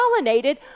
pollinated